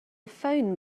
phoned